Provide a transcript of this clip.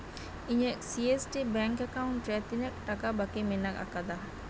ᱤᱧᱟᱹᱜ C S T bank account ᱨᱮ ᱛᱤᱱᱟᱹᱜ ᱴᱟᱠᱟ ᱵᱟᱹᱠᱤ ᱢᱮᱱᱟᱜ ᱟᱠᱟᱫᱟ